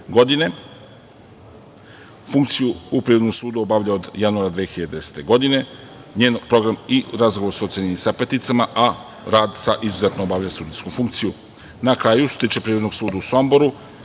godine. Funkciju u Privrednom sudu obavlja od januara 2010. godine. Njen program i razgovor su ocenjeni sa „pet“, a rad sa „izuzetno obavlja sudijsku funkciju“.Na kraju, što se tiče Privrednog suda u Somboru,